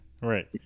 right